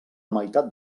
meitat